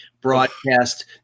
broadcast